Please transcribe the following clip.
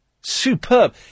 Superb